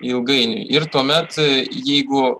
ilgainiui ir tuomet jeigu